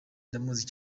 ndamuzi